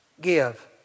give